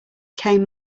came